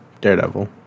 Daredevil